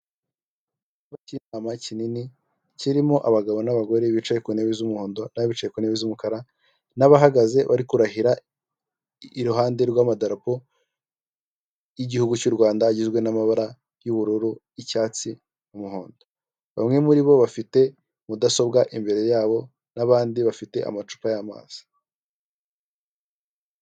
Icyumba k'inama kinini kirimo abagabo n'abagore bicaye ku ntebe z'umuhondo, n'abicaye bari ku ntebe z'umukara n'abahagaze bari kurahira, iruhande rw'amadarapo igihugu cy'u Rwanda agizwe n'amabara y'ubururu y'icyatsi umuhondo, bamwe muribo bafite mudasobwa imbere yabo nbandi bafite amacupa y'amazi.